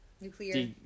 Nuclear